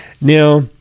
Now